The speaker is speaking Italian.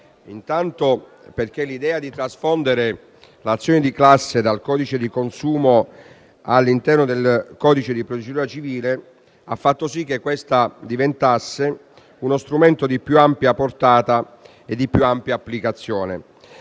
Anzitutto l'idea di trasfondere l'azione di classe dal codice di consumo all'interno del codice di procedura civile ha fatto sì che essa diventasse uno strumento di più ampia portata e di più ampia applicazione.